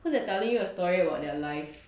cause they are telling a story about their life